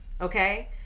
Okay